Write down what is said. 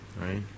Right